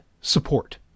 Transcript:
support